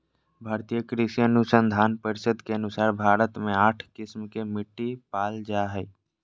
भारतीय कृषि अनुसंधान परिसद के अनुसार भारत मे आठ किस्म के मिट्टी पाल जा हइ